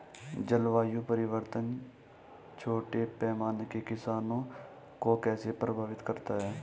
जलवायु परिवर्तन छोटे पैमाने के किसानों को कैसे प्रभावित करता है?